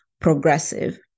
progressive